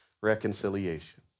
reconciliation